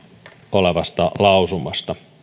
olevasta lausumasta